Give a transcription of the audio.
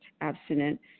abstinent